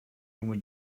junge